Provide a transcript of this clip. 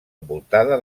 envoltada